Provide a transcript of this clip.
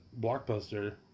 Blockbuster